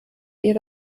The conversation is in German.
ihr